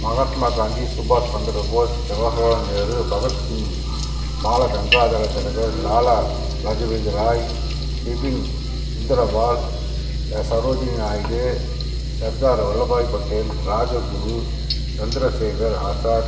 மகாத்மா காந்தி சுபாஸ் சந்திரபோஸ் ஜவஹர்லால் நேரு பகத்சிங் பாலகங்காதர திலகர் லாலா லஜபதி ராய் இபின் சுந்தரம்பாள் சரோஜினி நாயுடு சர்தார் வல்லபாய் பட்டேல் ராஜகுரு சந்திரசேகர் ஆசாத்